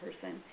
person